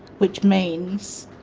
which means,